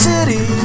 City